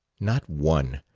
not one.